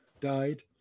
died